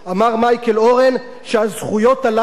שהזכויות האלה יעוגנו בחוק.